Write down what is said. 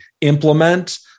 implement